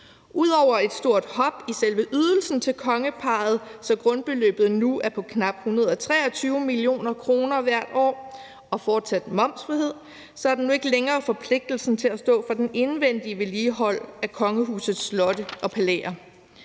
Ud over et stort hop i selve ydelsen til kongeparret, så grundbeløbet nu er på knap 123 mio. kr. hvert år og fortsat er med momsfrihed, er der nu ikke længere forpligtelsen til at stå for det indvendige vedligehold af kongehusets slotte og palæer.